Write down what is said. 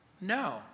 No